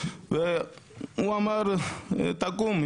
והוא אמר תקום,